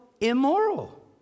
Immoral